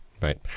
Right